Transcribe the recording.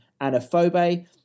Anaphobe